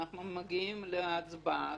אנחנו מגיעים להצבעה.